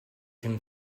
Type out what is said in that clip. can